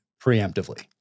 preemptively